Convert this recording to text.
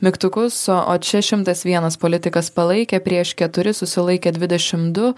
mygtukus o čia šimtas vienas politikas palaikė prieš keturi susilaikė dvidešim du